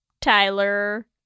Tyler